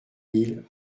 mille